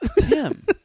Tim